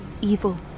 evil